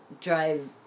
drive